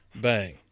Bang